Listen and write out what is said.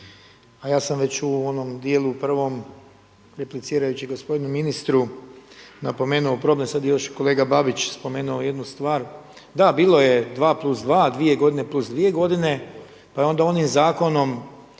a ja sam već u onom dijelu prvom replicirajući gospodinu ministru napomenuo problem. Sad je još i kolega Babić spomenuo jednu stvar. Da, bilo je 2 + 2, dvije godine plus dvije godine, pa je onda onim zakonom